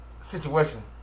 situation